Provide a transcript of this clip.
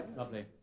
Lovely